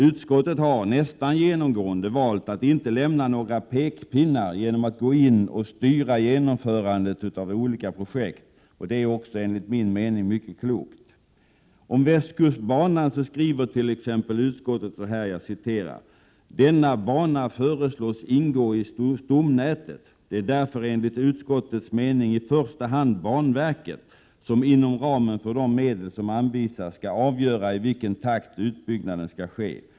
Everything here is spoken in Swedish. Utskottet har nästan genomgående valt att inte lämna några pekpinnar genom att gå in och detaljstyra genomförandet av olika projekt. Det är också enligt min mening mycket klokt. Om västkustbanan skriver t.ex. utskottet: ”Denna bana föreslås ingå i stomnätet. Det är därför enligt utskottets mening i första hand banverket som, inom ramen för de medel som anvisas, skall avgöra i vilken takt utbyggnaden skall ske.